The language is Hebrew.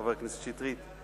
חבר הכנסת שטרית.